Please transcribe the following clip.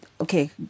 okay